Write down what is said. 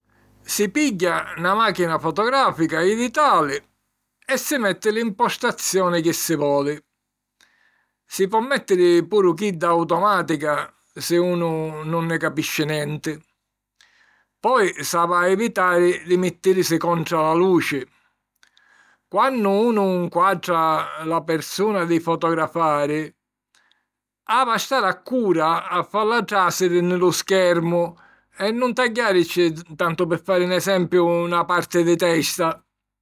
Si pigghia na màchina fotogràfica jiditali e si metti l'impostazioni chi si voli; si po mèttiri puru chidda 'automàtica' si unu nun nni capisci nenti. Poi s'havi a evitari di mittìrisi contra la luci. Quannu unu nquatra la persuna di fotografari, havi a stari accura a falla tràsiri nni lu schermu e nun tagghiàricci, tantu pi fari 'n esempiu, na parti di testa.